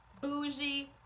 bougie